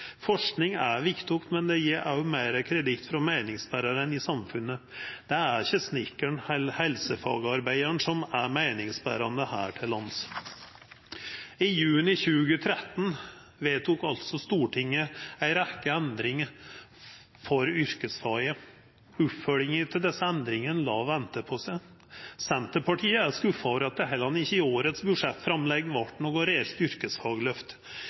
Forsking er viktig, men det gjev også meir kreditt frå meiningsberarane i samfunnet. Det er ikkje snekkaren eller helsefagarbeidaren som er meiningsberarane her til lands. I juni 2013 vedtok altså Stortinget ei rekkje endringar for yrkesfaga. Oppfølging av desse endringane lar venta på seg. Senterpartiet er skuffa over at det heller ikkje i årets budsjettframlegg var noko reelt yrkesfagløft.